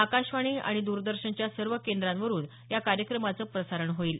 आकाशवाणी आणि दर्रदर्शनच्या सर्व केंद्रावरुन या कार्यक्रमाचं प्रसारण होईल